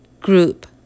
group